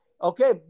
Okay